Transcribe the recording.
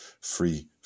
free